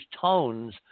tones